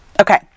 Okay